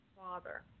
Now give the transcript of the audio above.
father